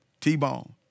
T-Bone